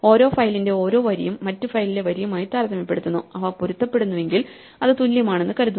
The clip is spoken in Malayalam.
ഓരോ ഫയലിന്റെ ഓരോ വരിയും മറ്റ് ഫയലിലെ വരിയുമായി താരതമ്യപ്പെടുത്തുന്നു അവ പൊരുത്തപ്പെടുന്നുവെങ്കിൽ അത് തുല്യമാണെന്ന് കരുതുന്നു